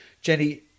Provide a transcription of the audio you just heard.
Jenny